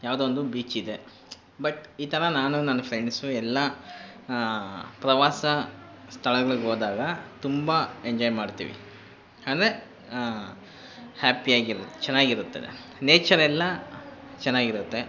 ಯಾವುದೋ ಒಂದು ಬೀಚಿದೆ ಬಟ್ ಈ ಥರ ನಾನು ನನ್ನ ಫ್ರೆಂಡ್ಸು ಎಲ್ಲ ಪ್ರವಾಸ ಸ್ಥಳಗಳಿಗೋದಾಗ ತುಂಬ ಎಂಜಾಯ್ ಮಾಡ್ತೀವಿ ಅಂದರೆ ಹ್ಯಾಪಿಯಾಗಿರು ಚೆನ್ನಾಗಿರುತ್ತದೆ ನೇಚರೆಲ್ಲ ಚೆನ್ನಾಗಿರುತ್ತೆ